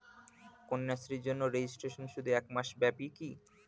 কন্যাশ্রীর জন্য রেজিস্ট্রেশন শুধু এক মাস ব্যাপীই কি?